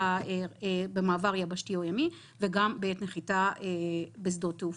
במעבר יבשתי או ימי ובעת נחיתה בשדות תעופה.